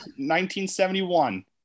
1971